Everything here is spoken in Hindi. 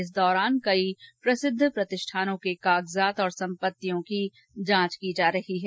इस दौरान कई प्रसिद्ध प्रतिष्ठानों के कागजात और सम्पतियों की जांच की जा रही है